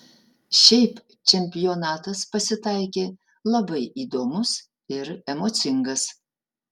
šiaip čempionatas pasitaikė labai įdomus ir emocingas